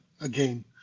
again